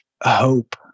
hope